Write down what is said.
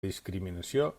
discriminació